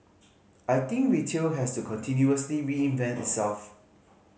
I think retail has to continuously reinvent itself